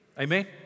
Amen